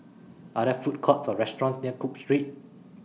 Are There Food Courts Or restaurants near Cook Street